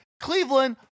Cleveland